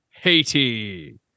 Haiti